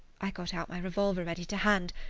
i got out my revolver ready to hand,